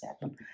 happen